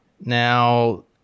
Now